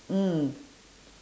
mm